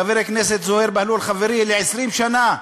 חבר הכנסת זוהיר בהלול חברי, ל-20 שנה.